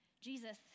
Jesus